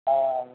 అవునండి